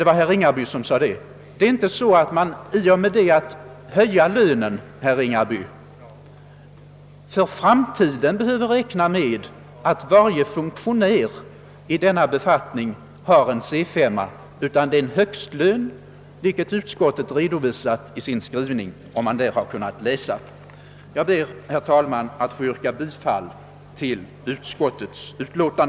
Till herr Ringaby vill jag säga att man inte i och med att lönen höjes för framtiden behöver räkna med att varje funktionär i denna befattning ligger i lönegrad C5, utan det är fråga om en högstlön, vilket framgår av utskottets skrivning. Jag ber, herr talman, att få yrka bifall till utskottets hemställan.